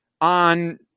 on